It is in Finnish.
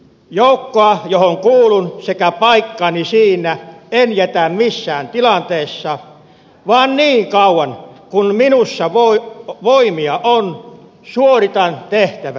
joukkoa johon kuulun sekä paikkaani siinä en jätä missään tilanteessa vaan niin kauan kuin minussa voimia on suoritan tehtäväni loppuun